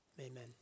amen